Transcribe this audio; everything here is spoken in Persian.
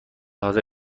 حاضر